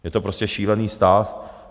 Je to prostě šílený stav.